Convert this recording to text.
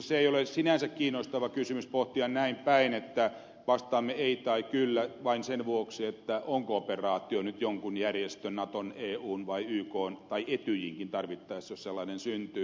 minusta ei ole sinänsä kiinnostava kysymys pohtia näinpäin että vastaamme ei tai kyllä vain sen vuoksi onko operaatio nyt jonkun järjestön naton eun vai ykn tai etyjinkin tarvittaessa jos sellainen syntyy